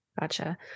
Gotcha